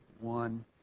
one